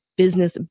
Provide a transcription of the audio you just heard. business